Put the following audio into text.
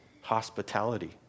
hospitality